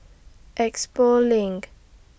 Expo LINK